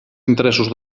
interessos